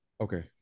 Okay